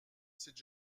cette